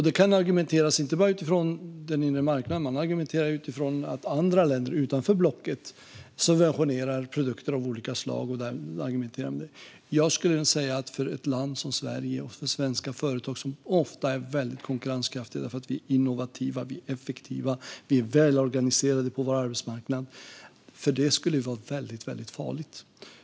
Det kan argumenteras inte bara utifrån den inre marknaden, utan man argumenterar utifrån att andra länder utanför blocket subventionerar produkter av olika slag. Jag skulle säga att för ett land som Sverige och för svenska företag, som ofta är väldigt konkurrenskraftiga därför att vi är innovativa, effektiva och välorganiserade på vår arbetsmarknad, skulle det vara väldigt farligt.